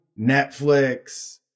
Netflix